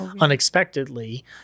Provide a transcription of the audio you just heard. unexpectedly